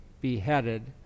beheaded